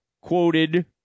quoted